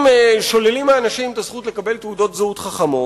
אם שוללים מאנשים את הזכות לקבל תעודות זהות חכמות,